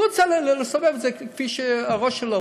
הוא רצה לסובב את זה לפי הראש שלו,